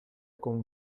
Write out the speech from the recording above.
con